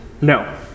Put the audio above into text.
No